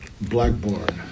blackboard